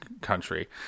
country